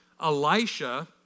Elisha